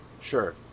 sure